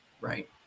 right